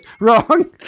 Wrong